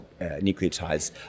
nucleotides